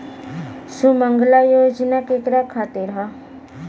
सुमँगला योजना केकरा खातिर ह?